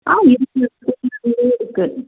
ஆ இருக்குது இருக்குது இங்கேயே இருக்குது